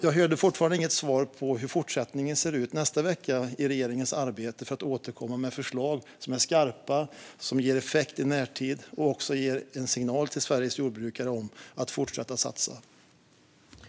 Jag hörde fortfarande inget svar på hur regeringens arbete ser ut i nästa vecka när det gäller att återkomma med förslag som är skarpa, som ger effekt i närtid och som också ger en signal till Sveriges jordbrukare om att fortsätta att satsa.